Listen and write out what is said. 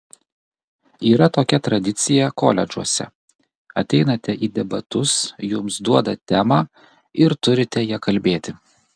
yra tokia tradicija koledžuose ateinate į debatus jums duoda temą ir turite ja kalbėti